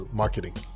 marketing